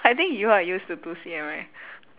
I think you are used to two C_M right